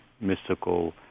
mystical